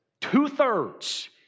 Two-thirds